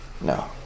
No